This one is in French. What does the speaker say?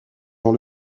dans